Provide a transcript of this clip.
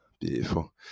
beautiful